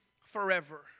forever